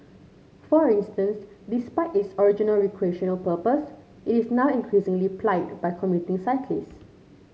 for instance despite its original recreational purpose it is now increasingly plied by commuting cyclist